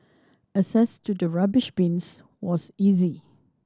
access to the rubbish bins was easy